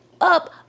up